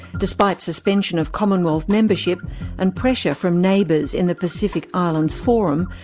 despite suspension of commonwealth membership and pressure from neighbours in the pacific islands forum,